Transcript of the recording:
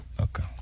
Okay